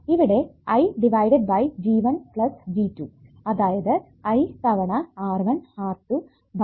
ഇവിടെ I divided by G1 plus G2 അതായത് I തവണ R1 R2 by R1 plus R2